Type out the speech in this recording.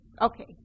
okay